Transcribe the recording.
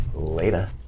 Later